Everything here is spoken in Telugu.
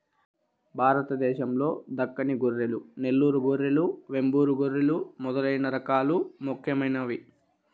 భారతదేశం లో దక్కని గొర్రెలు, నెల్లూరు గొర్రెలు, వెంబూరు గొర్రెలు మొదలైన రకాలు ముఖ్యమైనవి